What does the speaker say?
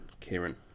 Kieran